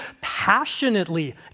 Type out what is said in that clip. passionately